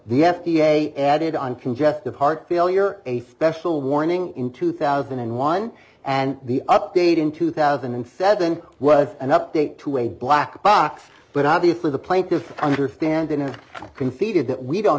the f d a added on congestive heart failure a special warning in two thousand and one and the update in two thousand and seven was an update to a black box but obviously the plaintiffs understand and can feed it that we don't